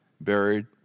buried